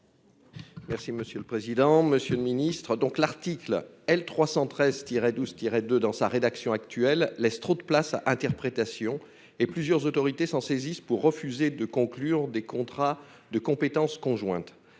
Merci monsieur le président, Monsieur le Ministre, donc l'article L 313 Tiret 12 Tiret de, dans sa rédaction actuelle laisse trop de place à interprétation et plusieurs autorités s'en saisisse pour refuser de conclure des contrats de compétence conjointe,